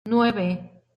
nueve